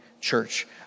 church